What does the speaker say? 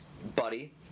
Buddy